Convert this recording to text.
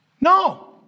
no